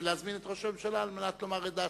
ולהזמין את ראש הממשלה על מנת שיאמר את דעתו.